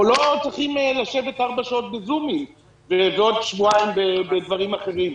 פה לא צריכים לשבת ארבע שעות בזום ועוד שבועיים בדברים אחרים.